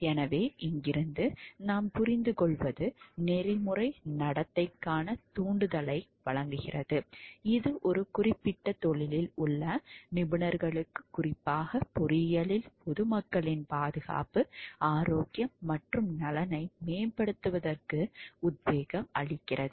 எனவே இங்கிருந்து நாம் புரிந்துகொள்வது நெறிமுறை நடத்தைக்கான தூண்டுதலை வழங்குகிறது இது ஒரு குறிப்பிட்ட தொழிலில் உள்ள நிபுணர்களுக்கு குறிப்பாக பொறியியலில் பொதுமக்களின் பாதுகாப்பு ஆரோக்கியம் மற்றும் நலனை மேம்படுத்துவதற்கு உத்வேகம் அளிக்கிறது